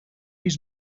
his